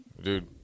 dude